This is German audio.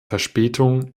verspätungen